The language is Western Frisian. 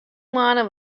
moanne